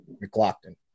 McLaughlin